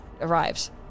arrives